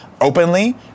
openly